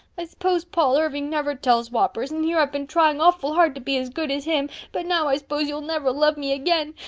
i s'pose paul irving never tells whoppers and here i've been trying awful hard to be as good as him, but now i s'pose you'll never love me again.